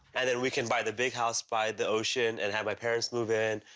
and then we can buy the big house by the ocean, and have my parents move in.